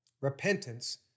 Repentance